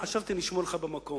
חשבתי שאני אשמור לך במקום.